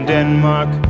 Denmark